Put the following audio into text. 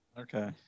Okay